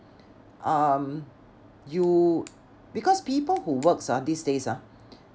um you because people who works ah these days ah